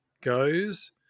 goes